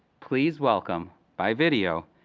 please welcome, by video,